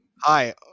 hi